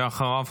אחריו,